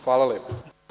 Hvala lepo.